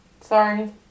Sorry